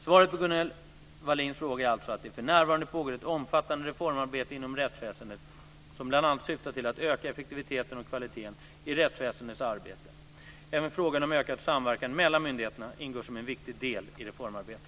Svaret på Gunnel Wallins fråga är alltså att det för närvarande pågår ett omfattande reformarbete inom rättsväsendet som bl.a. syftar till att öka effektiviteten och kvaliteten i rättsväsendets arbete. Även frågan om ökad samverkan mellan myndigheterna ingår som en viktig del i reformarbetet.